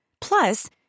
Plus